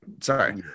sorry